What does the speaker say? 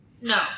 No